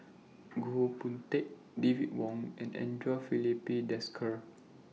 Goh Boon Teck David Wong and Andre Filipe Desker